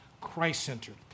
Christ-centered